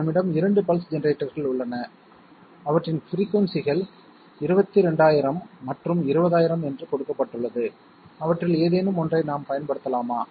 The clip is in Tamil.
நம்மிடம் இரண்டு பல்ஸ் ஜெனரேட்டர்கள் உள்ளன அவற்றின் பிரிக்குயின்சிகள் 22000 மற்றும் 20000 என்று கொடுக்கப்பட்டுள்ளது அவற்றில் ஏதேனும் ஒன்றை நாம் பயன்படுத்தலாமா